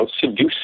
seduce